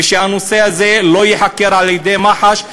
שהנושא הזה לא ייחקר על-ידי מח"ש,